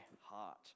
heart